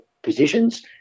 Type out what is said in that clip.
positions